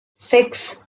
six